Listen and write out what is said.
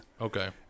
Okay